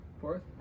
fourth